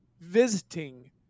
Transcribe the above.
visiting